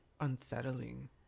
unsettling